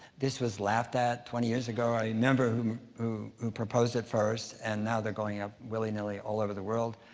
this was laughed at twenty years ago. i remember um who who proposed it first and now they're going up willy-nilly all over the world.